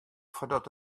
foardat